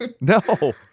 No